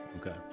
Okay